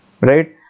right